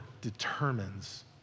determines